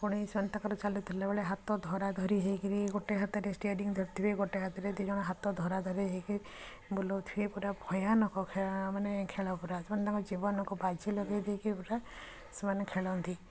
ପୁଣି ସେମାନେ ତାଙ୍କର ଚାଲୁଥିବା ବେଳେ ହାତ ଧାରାଧରି ହେଇକରି ଗୋଟେ ହାତରେ ଷ୍ଟେରିଙ୍ଗ ଧରିଥିବେ ଗୋଟେ ହାତରେ ଦୁଇ ଜଣ ହାତ ଧାରାଧରି ହେଇକି ବୁଲାଉଥିବେ ପୁରା ଭୟାନକ ଖେ ମାନେ ଖେଳ ପୁରା ସେମାନେ ତାଙ୍କ ଜୀବନକୁ ବାଜି ଲଗେଇ ଦେଇକି ପୁରା ସେମାନେ ଖେଳନ୍ତି